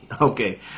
Okay